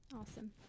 Awesome